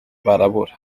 barabura